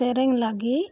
ᱥᱮᱨᱮᱧ ᱞᱟᱹᱜᱤᱫ